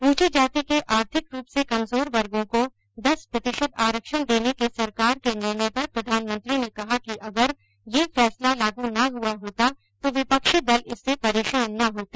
ऊंची जाति के आर्थिक रूप से कमजोर वर्गो को दस प्रतिशत आरक्षण देने के सरकार के निर्णय पर प्रधानमंत्री ने कहा कि अगर यह फैसला लागू न हुआ होता तो विपक्षी दल इससे परेशान न होते